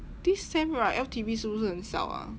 this sem right L_T_B 是不是很少 ah